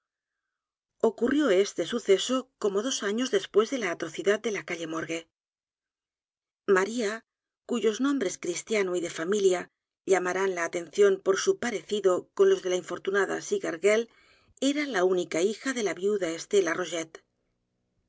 ocurrió este suceso como dos años después de la atrocidad de la calle morgue maría cuyos nombres cristiano y de familia llamarán la atención por su parecido con los de la infortunada cigargirl era la el misterio de maría rogét única hija de la viuda estela